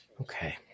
Okay